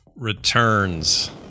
Returns